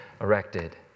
erected